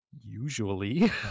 usually